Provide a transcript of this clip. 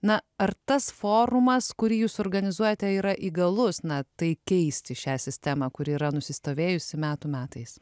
na ar tas forumas kurį jūs organizuojate yra įgalus na tai keisti šią sistemą kuri yra nusistovėjusi metų metais